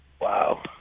Wow